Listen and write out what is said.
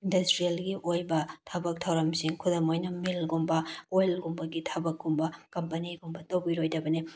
ꯏꯟꯗꯁꯇ꯭ꯔꯤꯌꯦꯜꯒꯤ ꯑꯣꯏꯕ ꯊꯕꯛ ꯊꯧꯔꯝꯁꯤꯡ ꯈꯨꯗꯝ ꯑꯣꯏꯅ ꯃꯤꯜꯒꯨꯝꯕ ꯑꯣꯏꯜꯒꯨꯝꯕꯒꯤ ꯊꯕꯛ ꯀꯨꯝꯕ ꯀꯝꯄꯦꯅꯤꯒꯨꯝꯕ ꯇꯧꯕꯤꯔꯣꯏꯗꯕꯅꯤ